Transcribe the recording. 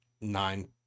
nine